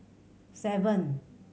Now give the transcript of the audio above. seven